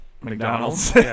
McDonald's